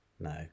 No